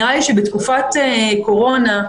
נראה לי שבתקופת קורונה,